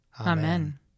Amen